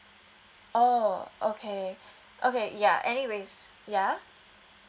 oh okay okay ya anyways yeah